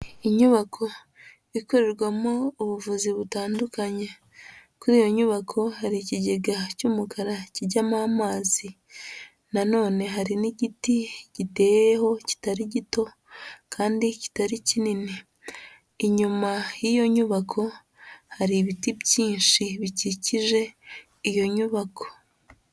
Inyubako ikorerwamo ubuvuzi butandukanye, kuri iyo nyubako hari ikigega cy'umukara kijyamo amazi, nanone hari n'igiti giteyeho kitari gito kandi kitari kinini, inyuma y'iyo nyubako hari ibiti byinshi bikikije iyo nyubako.